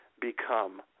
become